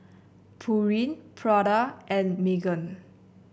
Pureen Prada and Megan